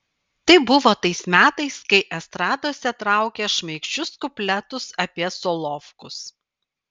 tai buvo tais metais kai estradose traukė šmaikščius kupletus apie solovkus